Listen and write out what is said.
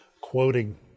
quoting